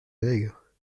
maigre